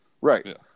Right